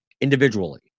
Individually